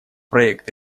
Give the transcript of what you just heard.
проект